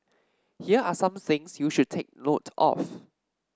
here are some things you should take note of